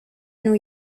new